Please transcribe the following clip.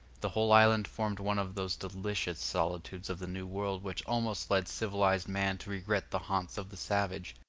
the whole island formed one of those delicious solitudes of the new world which almost lead civilized man to regret the haunts of the savage.